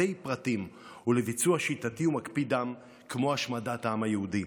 לפרטי-פרטים ולביצוע שיטתי ומקפיא דם כמו השמדת העם היהודי.